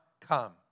come